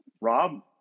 Rob